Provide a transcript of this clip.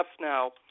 now